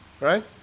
right